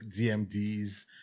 DMDs